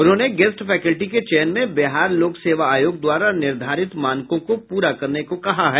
उन्होंने guest faculty के चयन में बिहार लोक सेवा आयोग द्वारा निर्धारित मानकों को पूरा करने को कहा है